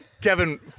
Kevin